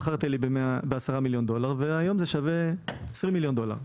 מכרת לי בעשרה מיליון דולר והיום זה שווה 20 מיליון דולר".